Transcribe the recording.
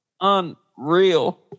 unreal